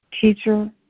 teacher